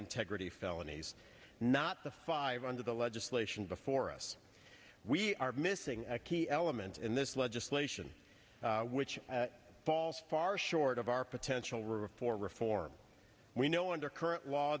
integrity felonies not the five under the legislation before us we are missing a key element in this legislation which falls far short of our potential reform reform we know under current law